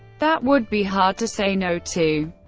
that would be hard to say no to.